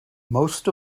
most